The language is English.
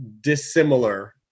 dissimilar